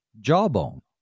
jawbone